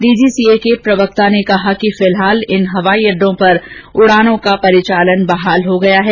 DGCA के एक प्रवक्ता ने कहा कि फिलहाल इन हवाई अड्डों पर उड़ानों का परिचालन बहाल हो गया है